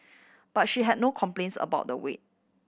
but she had no complaints about the wait